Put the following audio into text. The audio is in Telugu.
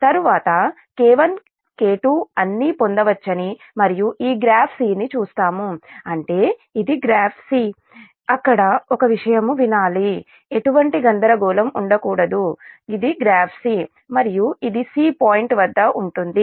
తరువాత K1 K2 అన్నీ పొందవచ్చని మరియు ఈ గ్రాఫ్ C ని చూస్తాము అంటే is ఇది గ్రాఫ్ 'C' అక్కడ ఒక విషయం వినాలి ఎటువంటి గందరగోళం ఉండకూడదు గ్రాఫ్ C మరియు ఇది C పాయింట్ వద్ద ఉంటుంది